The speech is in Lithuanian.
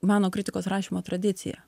meno kritikos rašymo tradiciją